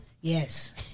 Yes